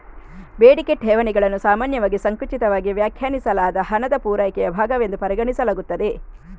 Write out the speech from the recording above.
ಬೇಡಿಕೆ ಠೇವಣಿಗಳನ್ನು ಸಾಮಾನ್ಯವಾಗಿ ಸಂಕುಚಿತವಾಗಿ ವ್ಯಾಖ್ಯಾನಿಸಲಾದ ಹಣದ ಪೂರೈಕೆಯ ಭಾಗವೆಂದು ಪರಿಗಣಿಸಲಾಗುತ್ತದೆ